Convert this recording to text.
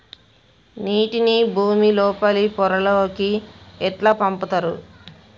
నీటిని భుమి లోపలి పొరలలోకి ఎట్లా పంపుతరు?